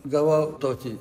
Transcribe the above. gavau tokį